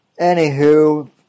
anywho